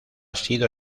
sido